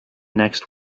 next